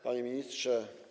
Panie Ministrze!